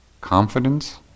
confidence